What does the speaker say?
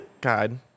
god